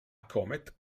comet